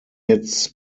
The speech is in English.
its